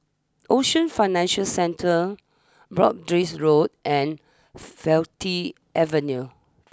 Ocean Financial Centre Broadrick Road and Faculty Avenue